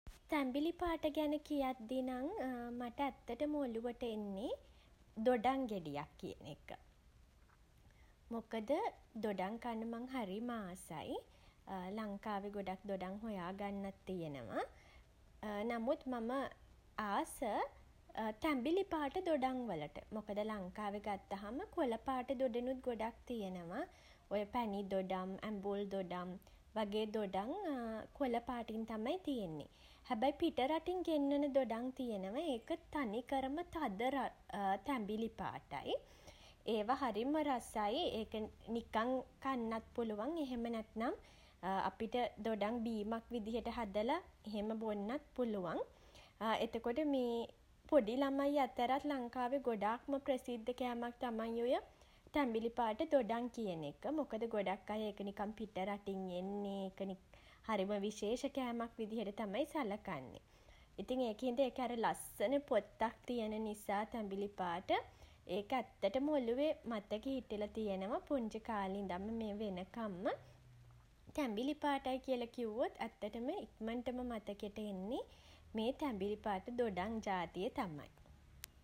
තැඹිලි පාට ගැන කියද්දි නම් මට ඇත්තටම ඔලුවට එන්නෙ දොඩම් ගෙඩියක් කියන එක. මොකද දොඩම් කන්න මං හරිම ආසයි ලංකාවේ ගොඩක් දොඩම් හොයාගන්නත් තියෙනව නමුත් මම ආස තැඹිලි පාට දොඩම් වලට. මොකද ලංකාවේ ගත්තහම කොළ පාට දොඩනුත් ගොඩක් තියෙනව. ඔය පැණි දොඩම් ඇඹුල් දොඩම් වගේ දොඩම් කොළ පාටින් තමයි තියෙන්නෙ. හැබැයි පිටරටින් ගෙන්වන දොඩම් තියෙනවා ඒක තනිකරම තද රත් තැඹිලි පාටයි. ඒවා හරිම රසයි. ඒක නිකං කන්නත් පුළුවන්. එහෙම නැත්නම් අපිට ගොඩක් බීමක් විදිහට හදලා එහෙම බොන්නත් පුළුවන් එතකොට මේ පොඩි ළමයි අතරත් ලංකාවේ ගොඩක්ම ප්‍රසිද්ධ කෑමක් තමයි ඔය තැඹිලි පාට දොඩම් කියන එක. මොකද ගොඩක් අය ඒක නිකම් පිටරටින් එන්නේ ඒක හරිම විශේෂ කෑමක් විදිහට තමයි සලකන්නේ. ඉතින් ඒක හින්ද ඒකෙ හරි ලස්සන පොත්තක් තියෙන නිසා තැඹිලි පාට ඒක ඇත්තටම ඔලුවේ මතක හිටල තියෙනවා. පුංචි කාලේ ඉඳන් මේ වෙනකම්ම තැඹිලි පාටයි කියලා කිව්වොත් ඇත්තටම ඉක්මනටම මතකෙට එන්නෙ මේ තැඹිලි පාට දොඩම් ජාතිය තමයි.